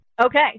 Okay